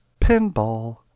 Pinball